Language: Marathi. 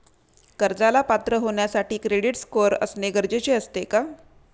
कर्जाला पात्र होण्यासाठी क्रेडिट स्कोअर असणे गरजेचे असते का?